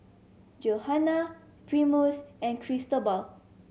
Johana Primus and Cristobal